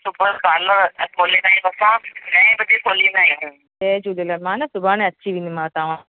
सुबुह जो पार्लर खोलींदा आहियूं असां ॾहें बजे खोलींदा आहियूं जय झूलेलाल मां न सुबाणे अची वेंदीमाव तव्हां